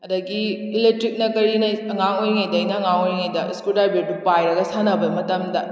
ꯑꯗꯒꯤ ꯏꯂꯦꯛꯇ꯭ꯔꯤꯛꯅ ꯀꯔꯤꯅ ꯑꯉꯥꯡ ꯑꯣꯏꯔꯤꯉꯩꯗ ꯑꯩꯅ ꯑꯉꯥꯡ ꯑꯣꯏꯔꯤꯉꯩꯗ ꯏꯁꯀ꯭ꯔꯨ ꯗ꯭ꯔꯥꯏꯕꯔꯗꯨ ꯄꯥꯏꯔꯒ ꯁꯥꯟꯅꯕ ꯃꯇꯝꯗ